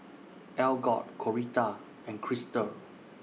Algot Coretta and Kristal